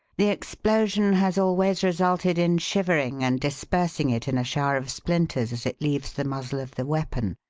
the explosion has always resulted in shivering and dispersing it in a shower of splinters as it leaves the muzzle of the weapon.